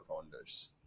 founders